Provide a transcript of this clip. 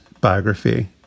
biography